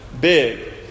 big